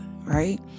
right